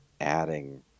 adding